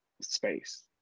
space